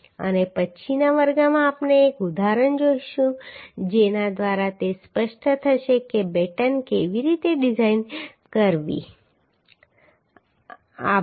અને પછીના વર્ગમાં આપણે એક ઉદાહરણ જોઈશું જેના દ્વારા તે સ્પષ્ટ થશે કે બેટન કેવી રીતે ડિઝાઇન કરવી આભાર